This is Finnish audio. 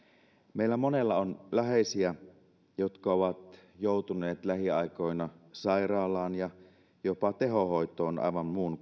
meillä monella on läheisiä jotka ovat joutuneet lähiaikoina sairaalaan ja jopa tehohoitoon aivan muun